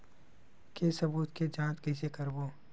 के सबूत के जांच कइसे करबो?